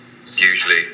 usually